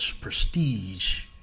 prestige